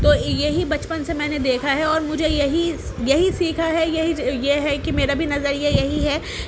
تو یہی بچپن سے میں نے دیکھا ہے اور مجھے یہی یہی سیکھا ہے یہی یہ ہے کہ میرا بھی نظریہ یہی ہے